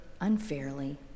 unfairly